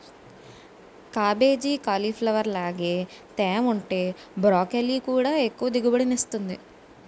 cabbage, cauliflower లాగే తేముంటే broccoli కూడా ఎక్కువ దిగుబడినిస్తుంది